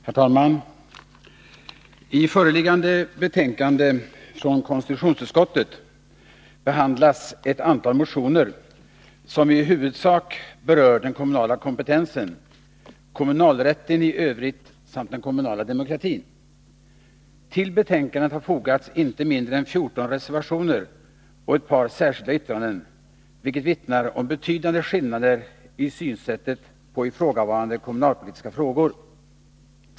Herr talman! I föreliggande betänkande från konstitutionsutskottet behandlas ett antal motioner, som i huvudsak berör den kommunala kompetensen, kommunalrätten i övrigt samt den kommunala demokratin. Till betänkandet har fogats inte mindre än 14 reservationer och ett par särskilda yttranden, vilket vittnar om betydande skillnader i synsättet på ifrågavarande kommunalpolitiska frågor.